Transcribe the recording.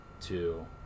two